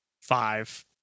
Five